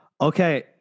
Okay